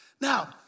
Now